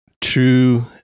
True